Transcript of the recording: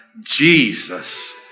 Jesus